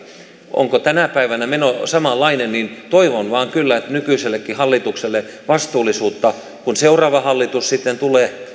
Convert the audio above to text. onko tänä päivänä meno samanlainen toivon vain kyllä nykyisellekin hallitukselle vastuullisuutta kun seuraava hallitus sitten tulee